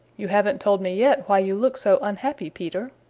you haven't told me yet why you look so unhappy, peter,